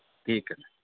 ठीक है